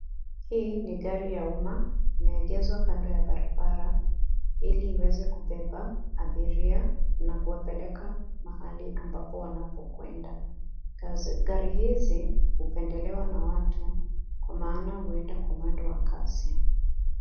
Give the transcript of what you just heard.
Hii ni gari ya umma. Imeegezwa kando ya barabara ili iweze kubeba abiria na kuwapeleka mahali ambapo wanapokwenda. Gari hizi hupendelewa na watu kwa maana huenda kwa mwendo wa kasi.